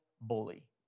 bully